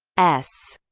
s